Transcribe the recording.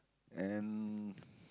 and